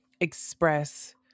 express